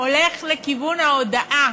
הולך לכיוון ההודאה